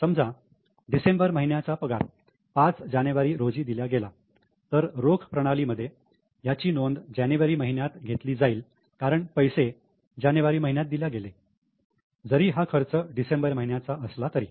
समजा डिसेंबर महिन्याचा पगार 5 जानेवारी रोजी दिल्या गेला तर रोख प्रणाली मध्ये याची नोंद जानेवारी महिन्यात घेतली जाईल कारण पैसे जानेवारी महिन्यात दिल्या गेले जरी हा खर्च डिसेंबर महिन्याचा असला तरी